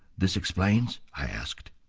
this explains? i asked.